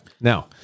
Now